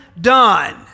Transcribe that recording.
done